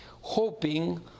hoping